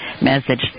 message